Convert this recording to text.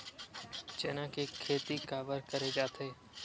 चना के खेती काबर करे जाथे?